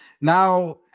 Now